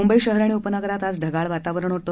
मुंबई शहर आणि उपनगरात आज ढगाळ वातावरण होतं